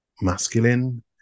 masculine